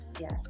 Yes